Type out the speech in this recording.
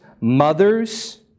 mothers